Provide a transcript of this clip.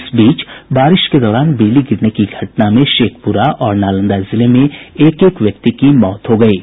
इस बीच बारिश के दौरान बिजली गिरने की घटना में शेखपुरा और नालंदा जिले में एक एक व्यक्ति की मौत हुई है